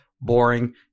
boring